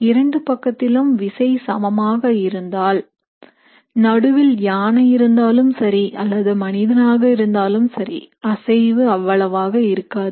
இரண்டு பக்கத்திலும் விசை சமமாக இருந்தால் நடுவில் யானை இருந்தாலும் சரி அல்லது மனிதனாக இருந்தாலும் சரி அசைவு அவ்வளவாக இருக்காது